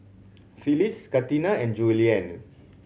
Phyliss Katina and Julianne